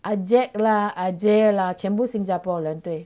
ah jack la ah jay la 全部新加坡人对